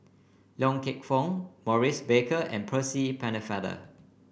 Loy Keng Foo Maurice Baker and Percy Pennefather